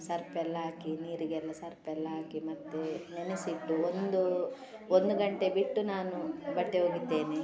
Surf ಎಲ್ಲ ಹಾಕಿ ನೀರಿಗೆಲ್ಲ ಸರ್ಪ್ ಎಲ್ಲ ಹಾಕಿ ಮತ್ತೇ ನೆನಸಿಟ್ಟು ಒಂದು ಒಂದು ಗಂಟೆ ಬಿಟ್ಟು ನಾನು ಬಟ್ಟೆ ಒಗಿತೇನೆ